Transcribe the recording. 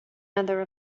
another